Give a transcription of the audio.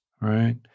right